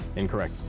incorrect.